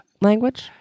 language